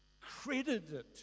credited